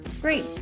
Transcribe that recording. Great